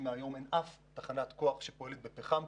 מהיום אין אף תחנת כוח שפועלת בפחם.